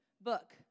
book